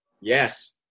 Yes